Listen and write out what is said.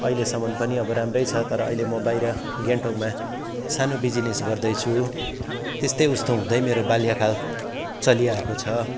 अहिलेसम्म पनि अब राम्रै छ तर अहिले म बाहिर ग्यानटोकमा सानो बिजिनेस गर्दैछु त्यस्तै उस्तै हुँदै मेरो बाल्यकाल चलिआएको छ